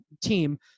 team